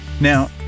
Now